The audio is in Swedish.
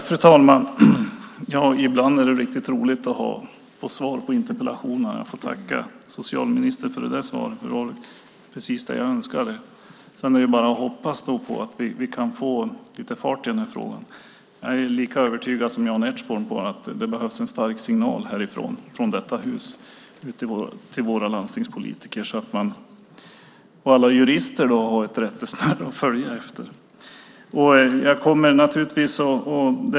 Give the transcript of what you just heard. Fru talman! Ibland är det riktigt roligt att få svar på interpellationerna. Jag tackar socialministern för det svaret. Det var precis det jag önskade. Sedan är det bara att hoppas att vi kan få fart på frågan. Jag är lika övertygad som Jan Ertsborn om att det behövs en stark signal från detta hus till landstingspolitikerna så att de och alla jurister har ett rättesnöre att följa.